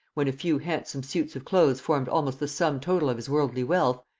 when a few handsome suits of clothes formed almost the sum total of his worldly wealth,